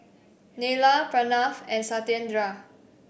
Neila Pranav and Satyendra